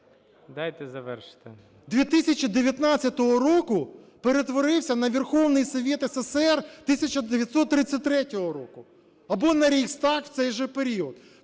С.В. … 2019 року перетворився на Верховный Совет СССР 1933 року або на Рейхстаг в цей же період.